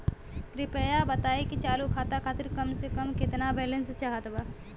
कृपया बताई कि चालू खाता खातिर कम से कम केतना बैलैंस चाहत बा